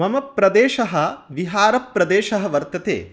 मम प्रदेशः बिहारप्रदेशः वर्तते